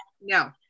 no